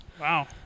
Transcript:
Wow